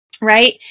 right